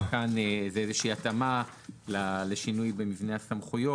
גם כאן זו איזושהי התאמה לשינוי במבנה הסמכויות.